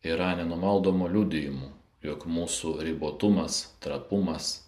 yra nenumaldomu liudijimu jog mūsų ribotumas trapumas